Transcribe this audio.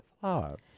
flowers